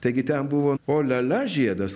taigi ten buvo olia lia žiedas